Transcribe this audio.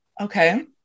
Okay